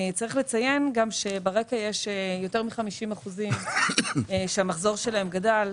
צריך לציין שברקע יש יותר מ-50% שהמחזור שלהם גדל,